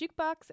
jukebox